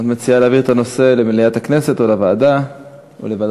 את מציעה להעביר את הנושא למליאת הכנסת או לוועדת הרווחה?